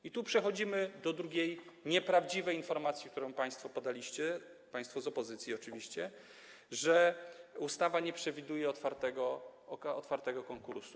I tu przechodzimy do drugiej nieprawdziwej informacji, którą państwo podaliście, państwo z opozycji oczywiście, że ustawa nie przewiduje otwartego konkursu.